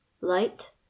light